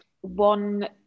one